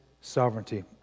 sovereignty